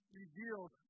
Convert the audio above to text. reveals